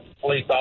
police